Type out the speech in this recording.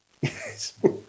Yes